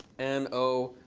n, o.